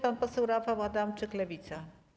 Pan poseł Rafał Adamczyk, Lewica.